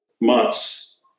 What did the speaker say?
months